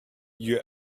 your